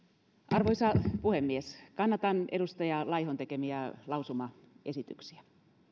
arvoisa puhemies kannatan edustaja laihon tekemiä lausumaesityksiä